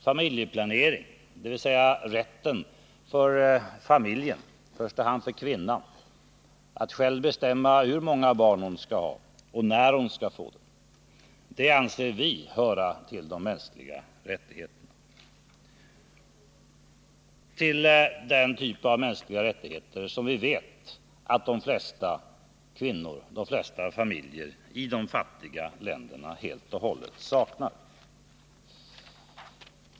Familjeplanering, dvs. rätten för familjen, i första hand kvinnan, att själv bestämma hur många barn hon skall ha och när hon skall ha dem, anser vi höra till de mänskliga rättigheterna. Den typen av mänskliga rättigheter vet vi att de flesta kvinnor, de flesta familjer, i de fattiga länderna helt och hållet saknar.